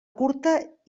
curta